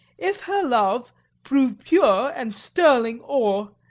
if her love prove pure and sterling ore,